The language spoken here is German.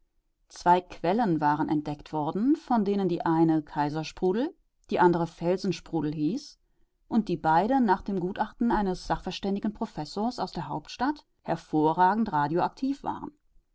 zwei quellen waren entdeckt worden von denen die eine kaisersprudel die andere felsensprudel hieß und die beide nach dem gutachten eines sachverständigen professors aus der hauptstadt hervorragend radioaktiv waren